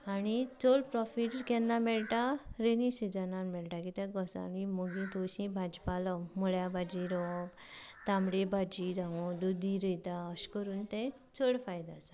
आनी चड प्रॉफीट केन्ना मेळटा रेनी सिजनान मेळटा कित्याक घोसाळीं मुगी तोवशीं भाज् पालो मुळ्या भाजी रवो तांबडी भाजी रावो दुदी रोयता अशें करून ते चड फायदो आसा